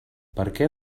perquè